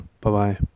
Bye-bye